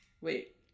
Wait